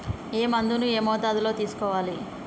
ఏ మందును ఏ మోతాదులో తీసుకోవాలి?